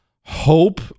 hope